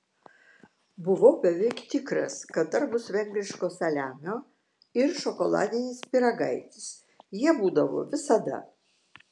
buvau beveik tikras kad dar bus vengriško saliamio ir šokoladinis pyragaitis jie būdavo visada